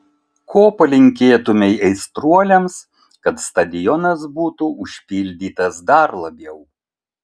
ko palinkėtumei aistruoliams kad stadionas būtų užpildytas dar labiau